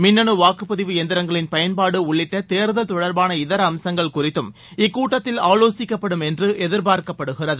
மின்னனு வாக்குப்பதிவு எந்திரங்களின் பயன்பாடு உள்ளிட்ட தேர்தல் தொடர்பான இதர அம்சங்கள் குறிததும் இக்கூட்டத்தில் ஆலோசிக்கப்படும் என்று எதிர்பார்க்கப்படுகிறது